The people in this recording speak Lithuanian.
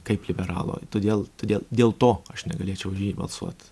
kaip liberalo todėl todėl dėl to aš negalėčiau už jį balsuot